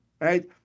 right